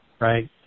right